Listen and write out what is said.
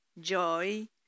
joy